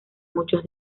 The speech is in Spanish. muchos